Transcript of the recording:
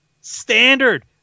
Standard